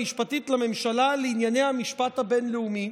המשפטית לממשלה לענייני המשפט הבין-לאומי